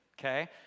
Okay